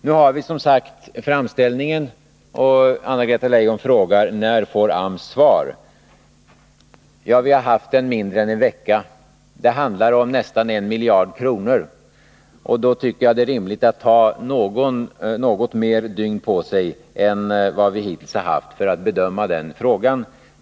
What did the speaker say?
Nu har vi som sagt framställningen, och Anna-Greta Leijon frågar: När får AMS svar? Vi har haft framställningen hos oss mindre än en vecka, och det handlar om nästan 1 miljard kronor. Då tycker jag det är rimligt att vi tar något fler dygn på oss än vad vi hittills haft för att bedöma frågan.